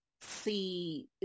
see